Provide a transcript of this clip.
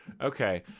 Okay